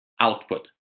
output